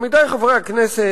עמיתי חברי הכנסת,